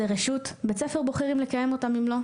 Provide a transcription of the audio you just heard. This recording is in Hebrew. זה רשות, בית ספר בוחר אם לקיים אותן אם לא.